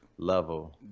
level